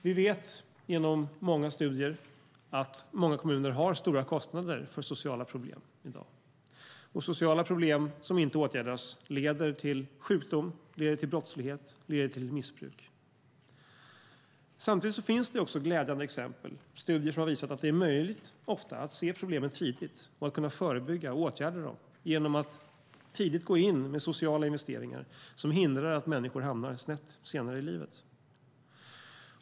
Vi vet genom många studier att många kommuner i dag har stora kostnader för sociala problem. Sociala problem som inte åtgärdas leder till sjukdom, brottslighet och missbruk. Samtidigt finns det också glädjande exempel, studier som har visat att det ofta är möjligt att se problemen tidigt och att kunna förebygga och åtgärda dem genom att tidigt gå in med sociala investeringar som hindrar att människor hamnar snett senare i livet.